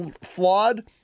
flawed